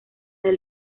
del